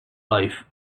life